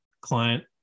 client